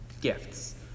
gifts